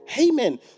amen